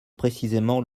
précisément